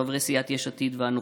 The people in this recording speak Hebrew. חבריי מסיעת יש עתיד ואנוכי.